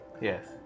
Yes